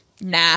nah